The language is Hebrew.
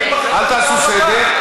אל תעשו סדר,